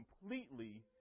completely